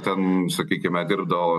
ten sakykime dirbdavo